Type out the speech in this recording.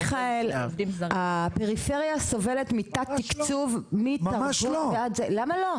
מיכאל הפריפריה סובלת מתת תקצוב מתרבות ועד --- ממש לא.